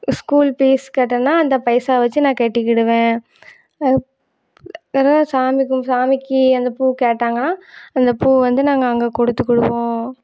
school fees கட்டணுன்னால் அந்த பைசாவை வச்சு நான் கட்டிக்கிடுவேன் அது எதாவது சாமி கும் சாமிக்கு அந்த பூ கேட்டாங்கனால் அந்த பூவை வந்து நாங்கள் அங்கே கொடுத்துக்குடுவோம்